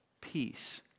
peace